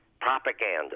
propaganda